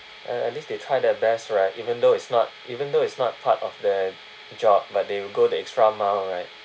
uh at least they try their best right even though it's not even though it's not part of the job but they will go the extra mile right